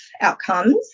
outcomes